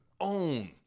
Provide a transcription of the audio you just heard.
own